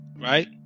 Right